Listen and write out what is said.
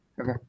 Okay